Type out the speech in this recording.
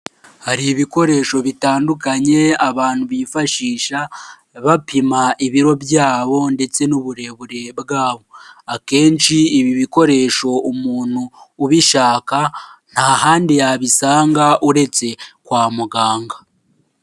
Hari ibikoresho bitandukanye abantu bifashisha bapima ibiro byabo ndetse n'uburebure bwabo, akenshi ibi bikoresho umuntu ubishaka nta handi yabisanga uretse kwa muganga.